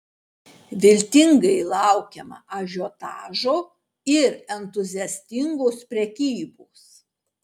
viltingai laukiama ažiotažo ir entuziastingos prekybos